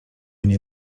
nie